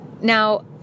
Now